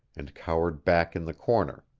and cowered back in the corner,